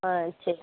ஆ சரி